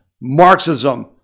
Marxism